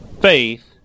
Faith